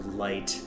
light